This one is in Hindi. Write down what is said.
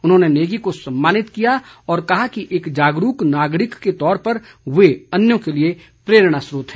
उन्होंने नेगी को सम्मानित किया और कहा कि एक जागरूक नागरिक के तौर पर वे अन्यों के लिए प्रेरणा स्रोत हैं